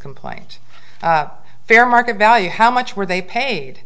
complaint fair market value how much were they paid